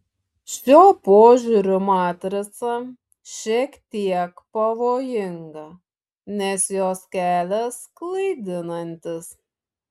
šiuo požiūriu matrica šiek tiek pavojinga nes jos kelias klaidinantis